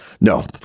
No